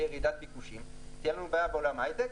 ירידה בביקושים ותהיה לנו בעולם ההייטק,